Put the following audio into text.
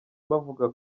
bavuga